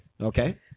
Okay